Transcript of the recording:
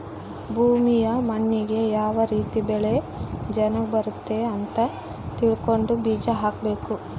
ಭೂಮಿಯ ಮಣ್ಣಿಗೆ ಯಾವ ರೀತಿ ಬೆಳೆ ಚನಗ್ ಬರುತ್ತೆ ಅಂತ ತಿಳ್ಕೊಂಡು ಬೀಜ ಹಾಕಬೇಕು